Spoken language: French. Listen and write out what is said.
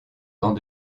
dent